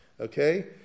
Okay